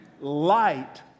light